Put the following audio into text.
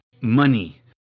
money